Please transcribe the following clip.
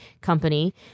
company